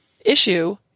issue